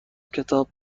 کتاب